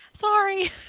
Sorry